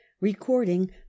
recording